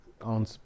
on